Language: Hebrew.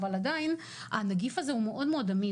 אבל עדיין הנגיף הזה הוא מאוד מאוד עמיד,